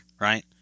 right